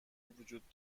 وجود